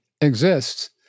exists